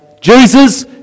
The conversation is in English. Jesus